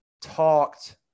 talked